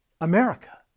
America